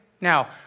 Now